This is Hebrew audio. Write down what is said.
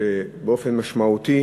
שבאופן משמעותי